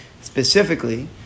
specifically